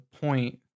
point